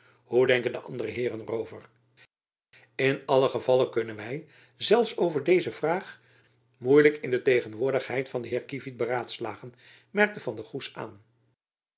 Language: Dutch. hoe denken de andere heeren er over in allen gevalle kunnen wy zelfs over deze jacob van lennep elizabeth musch vraag moeilijk in tegenwoordigheid van den heer kievit beraadslagen merkte van der goes aan